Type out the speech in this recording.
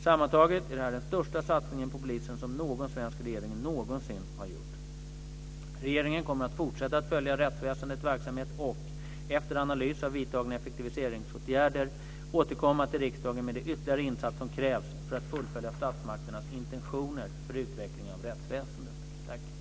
Sammantaget är det här den största satsningen på polisen som någon svensk regering någonsin har gjort. Regeringen kommer att fortsätta att följa rättsväsendets verksamhet och, efter analys av vidtagna effektiviseringsåtgärder, återkomma till riksdagen med de ytterligare insatser som krävs för att fullfölja statsmakternas intentioner för utvecklingen av rättsväsendet.